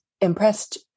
impressed